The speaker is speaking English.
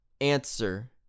answer